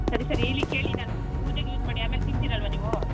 ಸರಿ ಸರಿ ಇಲ್ಲಿ ಕೇಳಿ ನಾನು ಪೂಜೆಗೆ ಯೂಸ್ ಮಾಡಿ ಆಮೇಲೆ ತಿಂತೀರಲ್ಲವಾ ನೀವು